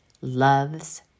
love's